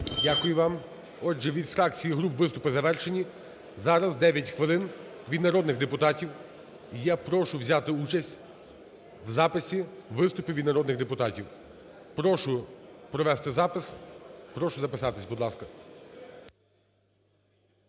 Дякую вам. Отже, від фракції і груп виступи завершені. Зараз 9 хвилин від народних депутатів. Я прошу взяти участь в записі "виступи від народних депутатів". Прошу провести запис, прошу записатись, будь ласка.